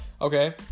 okay